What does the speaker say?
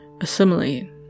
assimilate